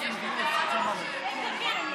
יש לי בעיה במחשב.